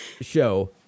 show